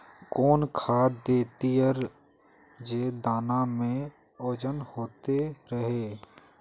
कौन खाद देथियेरे जे दाना में ओजन होते रेह?